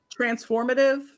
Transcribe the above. transformative